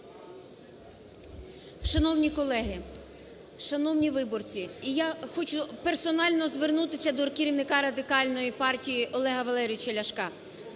Шановні колеги! Шановні виборці! Я хочу персонально звернутися до керівника Радикальної партії Олега Валерійовича Ляшка.